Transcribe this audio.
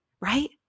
right